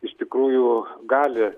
iš tikrųjų gali